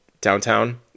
downtown